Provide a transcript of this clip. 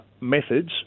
methods